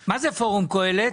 מה זה פורום קהלת?